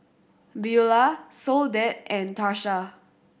Beulah Soledad and Tarsha